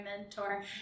mentor